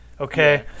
okay